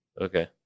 Okay